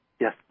Yes